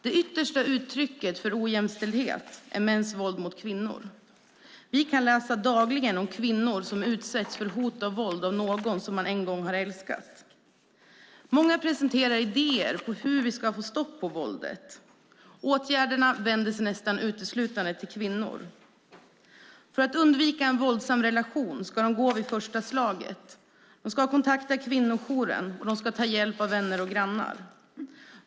Det yttersta uttrycket för ojämställdhet är mäns våld mot kvinnor. Vi kan dagligen läsa om kvinnor som utsatts för hot och våld av någon som de en gång har älskat. Många presenterar idéer om hur vi ska få stopp på våldet. Åtgärderna vänder sig nästan uteslutande till kvinnor. För att undvika en våldsam relation ska de gå vid första slaget, de ska kontakta kvinnojouren och de ska ta hjälp av vänner och grannar.